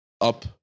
up